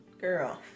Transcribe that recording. Girl